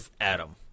Adam